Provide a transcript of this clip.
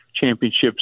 championships